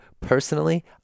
Personally